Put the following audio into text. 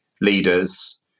leaders